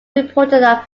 reported